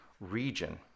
region